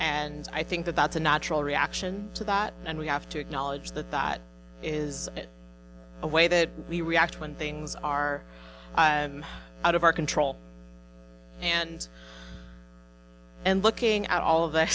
and i think that that's a natural reaction to that and we have to acknowledge that that is a way that we react when things are out of our control and and looking at all of th